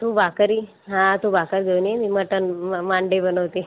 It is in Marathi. तू भाकरी हां तू भाकर घेऊन ये मी मटण मा मांडे बनवते